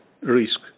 risk